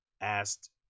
asked